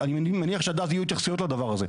ואני מניח שעד אז יהיו התייחסויות לדבר הזה.